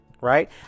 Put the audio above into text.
right